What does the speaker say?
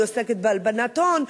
היא עוסקת בהלבנת הון,